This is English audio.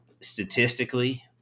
statistically